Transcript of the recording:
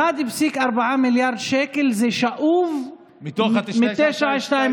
1.4 מיליארד שקל שאובים מ-922.